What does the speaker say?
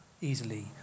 easily